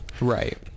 Right